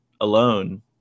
alone